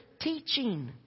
teaching